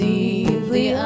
Deeply